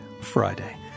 Friday